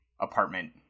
apartment